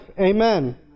Amen